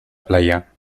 playa